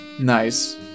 Nice